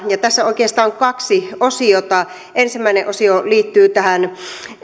tässä on oikeastaan kaksi osiota ensimmäinen osio liittyy tähän